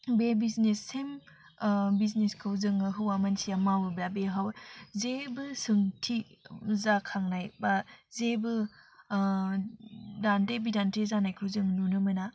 बे बिजनेस सें बिजनेसखौ जोङो हौवा मानसिया मावो बेया बेहाव जेबो सोंथि जाखांनाय बा जेबो दान्थे बिदान्थे जानायखौ जों नुनो मोना